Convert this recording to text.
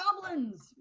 goblins